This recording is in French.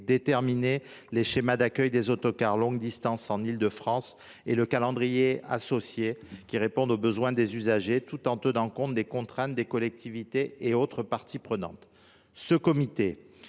déterminer le schéma d’accueil des autocars longue distance dans la région capitale et un calendrier associé répondant aux besoins des usagers, tout en tenant compte des contraintes des collectivités et des autres acteurs